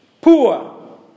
Poor